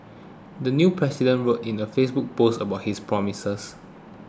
the new president wrote in a Facebook post about his promises